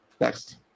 next